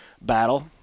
battle